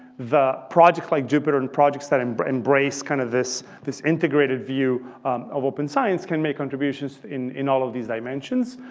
the project like jupyter and projects that embrace embrace kind of this this integrated view of open science can make contributions in in all of these dimensions.